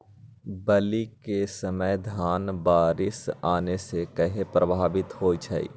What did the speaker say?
बली क समय धन बारिस आने से कहे पभवित होई छई?